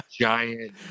giant